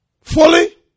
fully